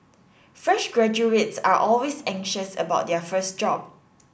fresh graduates are always anxious about their first job